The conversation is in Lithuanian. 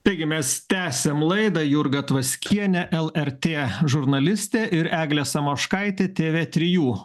taigi mes tęsiam laidą jurga tvaskienė lrt žurnalistė ir eglė samoškaitė tv trijų